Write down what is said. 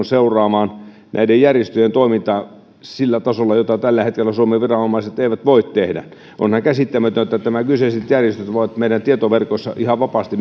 seuraamaan näiden järjestöjen toimintaa sillä tasolla jolla tällä hetkellä suomen viranomaiset eivät voi seurata on ihan käsittämätöntä että nämä kyseiset järjestöt voivat meidän tietoverkoissamme ihan vapaasti